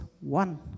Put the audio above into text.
one